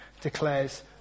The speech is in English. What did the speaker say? declares